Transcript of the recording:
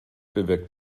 bewirkte